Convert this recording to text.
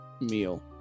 meal